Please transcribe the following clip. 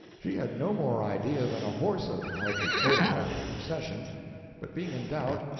she had no more idea than a horse of how to photograph a procession but being in doubt,